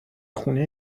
خونه